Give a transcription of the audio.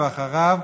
ואחריו,